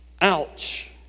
Ouch